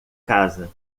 casa